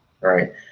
right